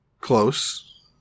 close